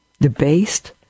debased